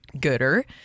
gooder